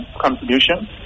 contribution